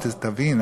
תבין,